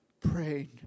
praying